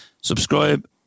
subscribe